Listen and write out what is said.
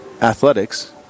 athletics